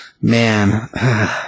Man